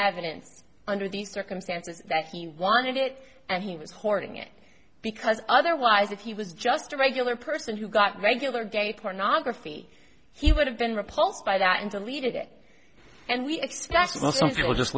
evidence under these circumstances that he wanted it and he was hoarding it because otherwise if he was just a regular person who got regular gay pornography he would have been repulsed by that and deleted it and we